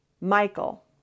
Michael